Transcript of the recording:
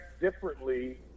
differently